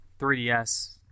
3DS